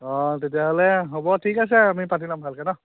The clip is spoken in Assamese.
অঁ তেতিয়াহ'লে হ'ব ঠিক আছে আমি পাতি ল'ম ভালকৈ ন